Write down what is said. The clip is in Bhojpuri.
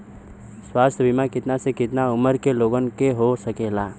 स्वास्थ्य बीमा कितना से कितना उमर के लोगन के हो सकेला?